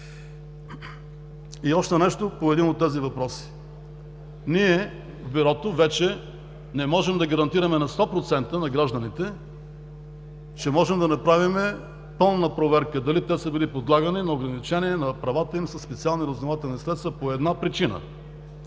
И още нещо по един от тези въпроси. Ние в Бюрото вече не можем да гарантираме на сто процента на гражданите, че можем да направим пълна проверка дали те са били подлагани на ограничение на правата им със специални разузнавателни средства по една причина –